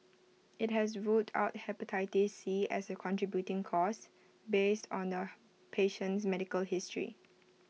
IT has ruled out Hepatitis C as A contributing cause based on the patient's medical history